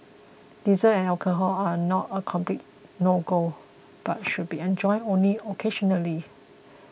desserts and alcohol are not a complete no go but should be enjoyed only occasionally